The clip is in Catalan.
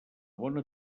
bona